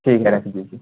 ٹھیک ہے رکھ دیجیے